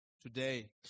Today